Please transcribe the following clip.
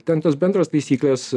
ten tos bendros taisyklės